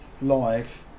live